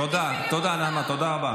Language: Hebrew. תתחילי להפנים את זה.